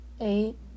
Eight